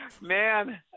man